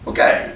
Okay